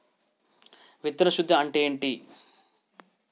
విత్తన శుద్ధి అంటే ఏంటి?